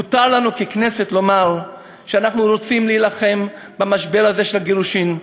מותר לנו ככנסת לומר שאנחנו רוצים להילחם במשבר הזה של הגירושין.